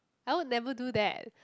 I would never do that